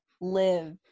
live